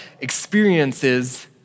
experiences